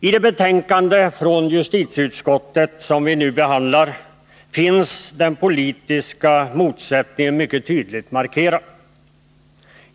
I det betänkande från justitieutskottet som vi nu behandlar finns den politiska motsättningen mycket tydligt markerad.